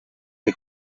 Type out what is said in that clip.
que